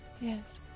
Yes